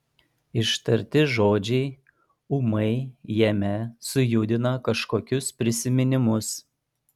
ištarti žodžiai ūmai jame sujudino kažkokius prisiminimus